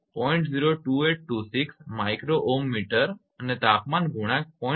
02826 𝜇Ω − mt અને તાપમાન ગુણાંક 0